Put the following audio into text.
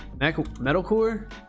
Metalcore